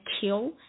kill